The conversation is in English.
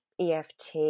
EFT